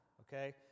Okay